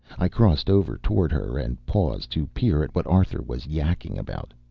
i crossed over toward her and paused to peer at what arthur was yacking about